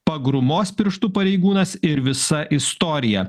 pagrūmos pirštu pareigūnas ir visa istorija